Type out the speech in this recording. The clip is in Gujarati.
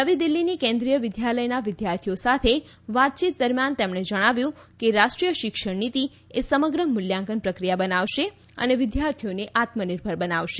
નવી દિલ્હીની કેન્દ્રિય વિદ્યાલયના વિદ્યાર્થીઓ સાથે વાતચીત દરમ્યાન તેમણે જણાવ્યું કે રાષ્ટ્રીય શિક્ષણ નીતિ એ સમગ્ર મૂલ્યાંકન પ્રક્રિયા બનાવશે અને વિદ્યાર્થીઓને આત્મનિર્ભર બનાવશે